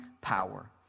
power